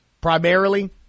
primarily